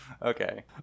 Okay